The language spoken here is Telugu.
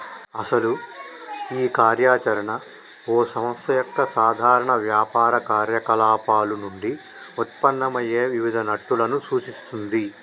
అసలు ఈ కార్య చరణ ఓ సంస్థ యొక్క సాధారణ వ్యాపార కార్యకలాపాలు నుండి ఉత్పన్నమయ్యే వివిధ నట్టులను సూచిస్తుంది